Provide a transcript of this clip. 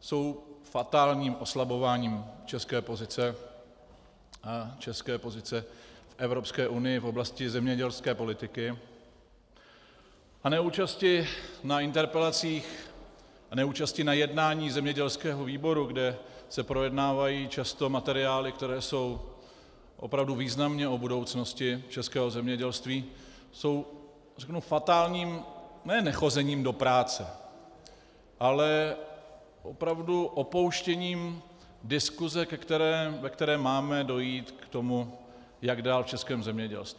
jsou fatálním oslabováním České pozice v Evropské unii v oblasti zemědělské politiky a neúčasti na interpelacích a neúčasti na jednání zemědělského výboru, kde se projednávají často materiály, které jsou opravdu významně o budoucnosti českého zemědělství, jsou, řeknu, fatálním ne nechozením do práce, ale opravdu opouštěním diskuse, ve které máme dojít k tomu, jak dál v českém zemědělství.